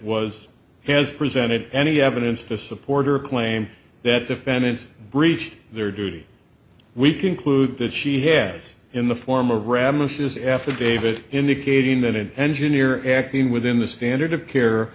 was has presented any evidence to support her claim that defendants breached their duty we conclude that she has in the form of ramesses affidavit indicating that an engineer acting within the standard of care